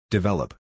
develop